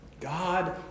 God